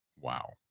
Wow